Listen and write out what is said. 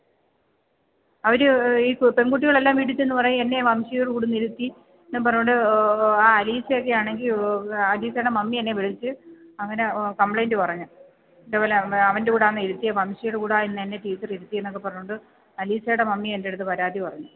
അവര് ഈ പെണ്കുട്ടികളെല്ലാം വീട്ടില്ച്ചെന്ന് പറയും എന്നെ വംശിയുടെ കൂടെ ഒന്നിരുത്തിയെന്നും പറഞ്ഞുകൊണ്ട് ആ അലീഷയൊക്കെയാണെങ്കില് അലിഷയുടെ മമ്മി എന്നെ വിളിച്ച് അങ്ങനെ കംപ്ലെയിന്റ് പറഞ്ഞു ഇതുപോലെ അവൻ്റെ കൂടെയാണോ ഇരുത്തിയത് വംശിയുടെ കൂടെ ഇന്ന് എന്നെ ടീച്ചറ് ഇരുത്തിയതെന്നൊക്കെ പറഞ്ഞുകൊണ്ട് അലീഷയുടെ മമ്മി എൻ്റെയടുത്ത് പരാതി പറഞ്ഞു